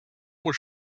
was